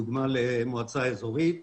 דוגמה למועצה אזורית,